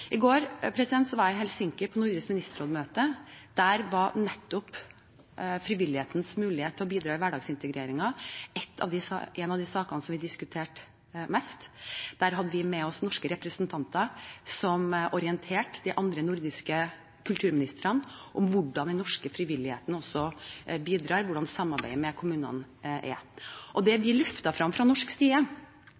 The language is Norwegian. var jeg i Helsinki på Nordisk ministerrådsmøte. Der var nettopp frivillighetens mulighet til å bidra i hverdagsintegreringen en av de sakene vi diskuterte mest. Der hadde vi med oss norske representanter som orienterte de andre nordiske kulturministrene om hvordan den norske frivilligheten også bidrar, hvordan samarbeidet med kommunene er. Og det